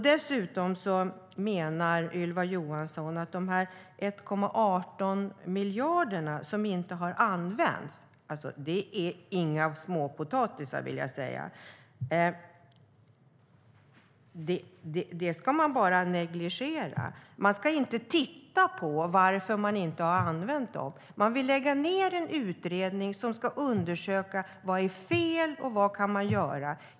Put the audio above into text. Dessutom menar Ylva Johansson att de 1,8 miljarder som inte har använts - och det är inga småpotatisar - ska man bara negligera. Man ska inte titta på varför Arbetsförmedlingen inte har använt dem. Regeringen vill lägga ned en utredning som ska undersöka vad som är fel och vad man kan göra.